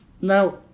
Now